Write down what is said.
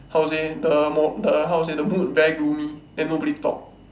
how say the mo~ the how say the mood very gloomy then nobody talk